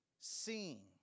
seeing